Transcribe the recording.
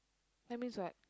that means what